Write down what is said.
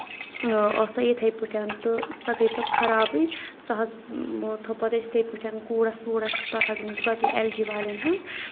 اوس سُہ یِتھٕے پٲٹھۍ تہٕ سۄ گٔے پَتہٕ خرابٕے سۄ حظ تھوٚو پَتہٕ أسۍ یِتھٕے پٲٹھۍ کوٗڑس ووٗڑَس پَتہٕ حظ أنۍ اَسہِ بَدل ایل جی والؠن ہٕنٛز